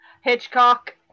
Hitchcock